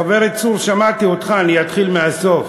חברי צור, שמעתי אותך, אני אתחיל מהסוף